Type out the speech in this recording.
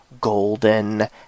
golden